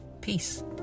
Peace